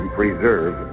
preserve